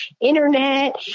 Internet